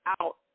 out